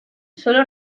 sólo